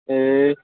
ए